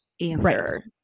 answer